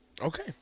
Okay